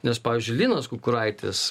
nes pavyzdžiui linas kukuraitis